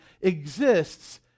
exists